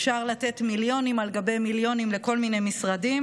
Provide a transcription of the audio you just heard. אפשר לתת מיליונים על גבי מיליונים לכל מיני משרדים